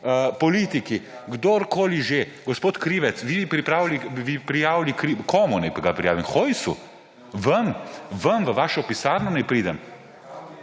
politiki, kdorkoli že. Gospod Krivec, vi bi prijavili. Komu naj ga prijavim? Hojsu? Vam? Vam, v vašo pisarno naj pridem?